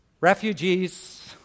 Refugees